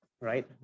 right